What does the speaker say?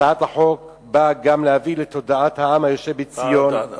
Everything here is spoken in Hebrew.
הצעת החוק באה גם להביא לתודעת העם היושב בציון,